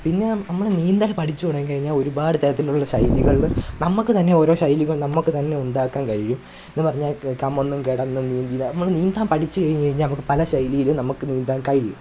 പിന്നെ നമ്മൾ നീന്തൽ പഠിച്ചു തുടങ്ങികഴിഞ്ഞാൽ ഒരുപാട് ഇത്തരത്തിലുള്ള ശൈലികളും നമുക്ക് തന്നെ ഓരോ ശൈലികള് നമുക്കു തന്നെ ഉണ്ടാക്കാന് കഴിയും എന്നു പറഞ്ഞാല് കമഴ്ന്നും കിടന്നും നീന്തിയും നമ്മൾ നീന്താന് പഠിച്ചു കഴിഞ്ഞു കഴിഞ്ഞാൽ നമുക്ക് പല ശൈലിയിലും നമുക്ക് നീന്താന് കഴിയും